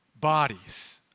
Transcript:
bodies